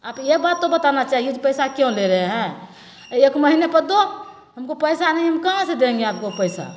आप ये बात तो बताना चाहिए जे पैसा क्यों ले रहे हैं एक महीने पर दो हमको पैसा नहीं हम कहाँ से देंगे आपको पैसा अँए